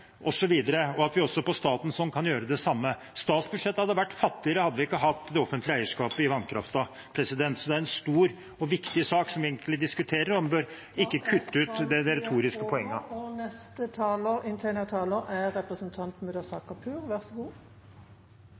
og at vi også fra statens hånd kan gjøre det samme. Statsbudsjettet hadde vært fattigere hadde vi ikke hatt det offentlige eierskapet i vannkraften. Det er en stor og viktig sak vi diskuterer, og en bør ikke kutte den med retoriske poenger. Jeg vil aller først si meg enig med komitélederen og